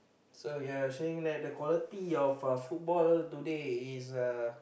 so you're saying that the quality of football today is uh